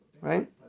Right